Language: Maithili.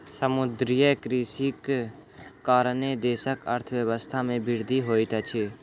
समुद्रीय कृषिक कारणेँ देशक अर्थव्यवस्था के वृद्धि होइत अछि